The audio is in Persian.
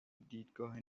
دیدگاه